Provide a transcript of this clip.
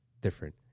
different